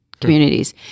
communities